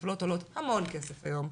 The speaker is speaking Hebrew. מטפלות עולות המון כסף היום.